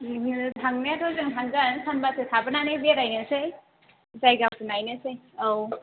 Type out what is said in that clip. बिदिनो थांनायाथ' जों थांगोन सानबासो थाबोनानै बेरायनोसै जायगाफोर नायनोसै औ